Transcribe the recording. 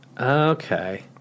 Okay